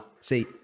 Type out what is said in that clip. see